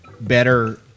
better